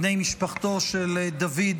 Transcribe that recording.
בני משפחתו של דוד